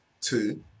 Two